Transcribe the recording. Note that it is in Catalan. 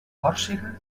còrsega